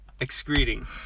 excreting